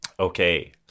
Okay